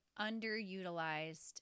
underutilized